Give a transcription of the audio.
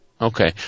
Okay